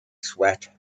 sweat